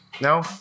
no